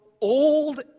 old